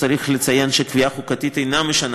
צריך לציין שקביעה חוקתית אינה משנה